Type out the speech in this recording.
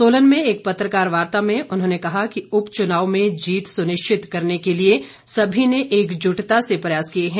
सोलन में एक पत्रकार वार्ता में उन्होंने कहा कि उपचुनाव में जीत सुनिश्चित करने के लिए सभी ने एकजुटता से प्रयास किए हैं